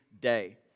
day